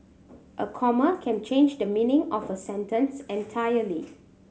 a comma can change the meaning of a sentence entirely